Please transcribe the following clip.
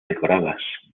decoradas